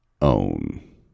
own